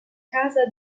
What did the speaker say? casa